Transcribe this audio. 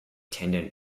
tendon